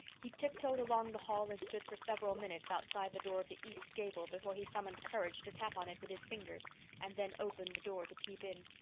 he tiptoed along the hall and stood for several minutes outside the door of the east gable before he summoned courage to tap on it with his fingers and then open the door to peep in.